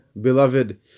beloved